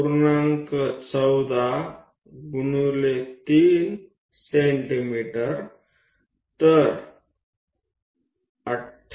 તો 8 2 6 ગુણાકાર 3 24 6 7 8 18 તો 18